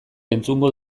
entzungo